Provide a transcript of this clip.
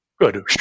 Good